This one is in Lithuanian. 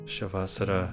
šią vasarą